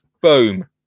boom